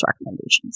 recommendations